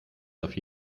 darf